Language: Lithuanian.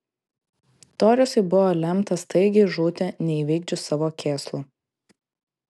toresui buvo lemta staigiai žūti neįvykdžius savo kėslų